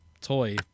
toy